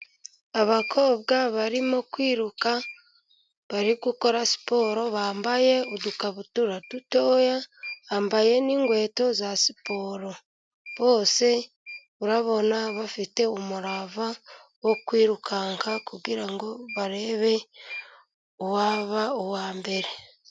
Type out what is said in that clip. Abakobwa barimo kwiruka, bari gukora siporo bambaye udukabutura dutoya, bambaye n'inkweto za siporo. Bose urabona bafite umurava wo kwirukanka, kugirango barebe uwaba uwa mbere.